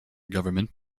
government